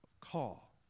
call